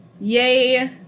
Yay